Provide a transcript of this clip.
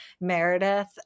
Meredith